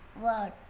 word